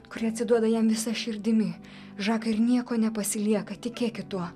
kuri atsiduoda jam visa širdimi žakai ir nieko nepasilieka tikėkit tuo